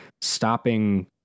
stopping